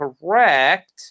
correct